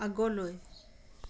আগলৈ